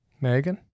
Megan